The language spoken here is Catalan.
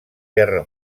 guerra